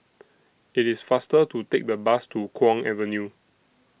IT IS faster to Take The Bus to Kwong Avenue